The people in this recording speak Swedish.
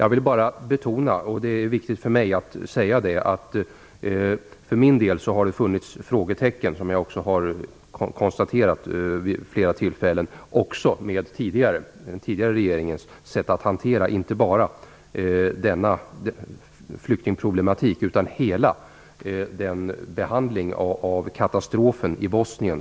Jag vill bara betona - det är viktigt att få säga det - att det för min del har funnits frågetecken, och det har jag konstaterat vid flera tillfällen, också när det gäller den tidigare regeringens sätt att hantera inte bara denna flyktingproblematik utan också hela behandlingen av katastrofen i Bosnien.